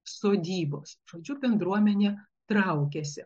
sodybos žodžiu bendruomenė traukiasi